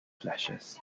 flashes